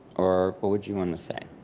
or what would you want to say?